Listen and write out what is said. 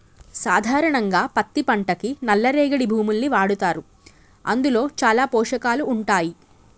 సాధారణంగా పత్తి పంటకి నల్ల రేగడి భూముల్ని వాడతారు అందులో చాలా పోషకాలు ఉంటాయి